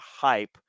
hype